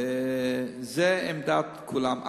זה עמדת כולם.